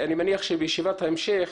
אני מניח שבישיבת ההמשך,